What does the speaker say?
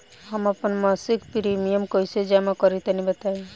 हम आपन मसिक प्रिमियम कइसे जमा करि तनि बताईं?